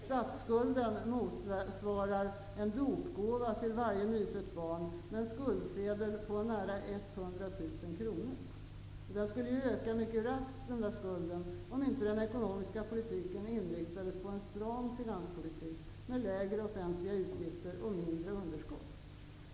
Statsskulden motsvarar en dopgåva till varje nyfött barn med en skuldsedel på nära 100 000 kr. Den skulden skulle öka mycket raskt om inte den ekonomiska politiken inriktades på en stram finanspolitik, med lägre offentliga utgifter och mindre underskott.